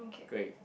great